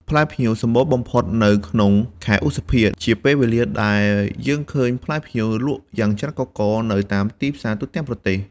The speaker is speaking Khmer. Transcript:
ផ្លែផ្ញៀវសម្បូរបំផុតនៅក្នុងខែឧសភា ជាពេលវេលាដែលយើងឃើញផ្លែផ្ញៀវលក់យ៉ាងច្រើនកុះករនៅតាមទីផ្សារទូទាំងប្រទេស។